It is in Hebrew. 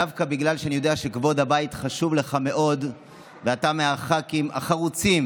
דווקא בגלל שאני יודע שכבוד הבית חשוב לך מאוד ואתה מהח"כים החרוצים,